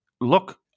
look